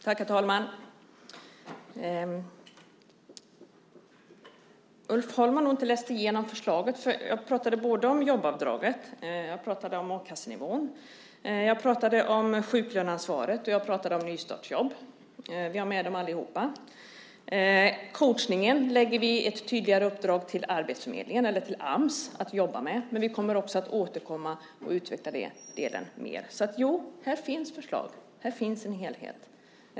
Herr talman! Ulf Holm har nog inte läst igenom förslaget. Jag pratade både om jobbavdraget och om a-kassenivån. Jag pratade också om sjuklöneansvaret och om nystartsjobb. Vi har med alltihop det där. När det gäller coachningen lägger vi ett tydligare uppdrag på Ams att jobba med detta. Men vi återkommer och utvecklar också den delen mer. Jo, här finns det förslag. Här finns det en helhet.